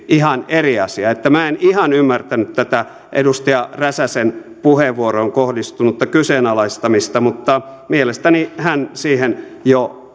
ihan eri asia että minä en ihan ymmärtänyt tätä edustaja räsäsen puheenvuoroon kohdistunutta kyseenalaistamista mutta mielestäni hän siihen jo